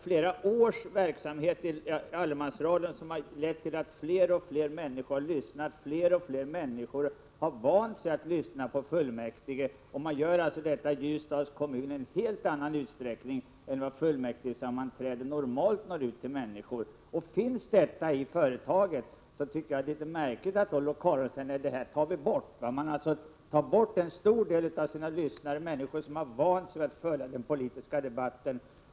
Flera års verksamhet i allemansradion har lett till att fler och fler människor lyssnar och även vant sig vid att lyssna på fullmäktigesammanträdena. Fullmäktigesammanträdena i Ljusdals kommun når i en helt annan utsträckning ut till människor än vad de normalt gör. Finns dessa sändningar redan sedan flera år tillbaka, tycker jag det är märkligt att de skall tas bort. Radio Gävleborg avstår alltså från en stor andel av sina lyssnare — människor som har vant sig vid att lyssna på den politiska debatten.